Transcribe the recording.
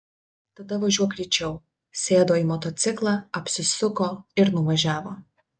tada važiuok greičiau sėdo į motociklą apsisuko ir nuvažiavo